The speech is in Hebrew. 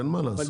אין מה לעשות.